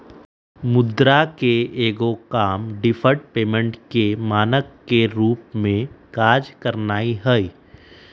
मुद्रा के एगो काम डिफर्ड पेमेंट के मानक के रूप में काज करनाइ हइ